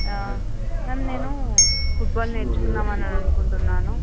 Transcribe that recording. ma'am నేను football నేర్చుకుందామని అనుకుంటున్నాను